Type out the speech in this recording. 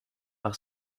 par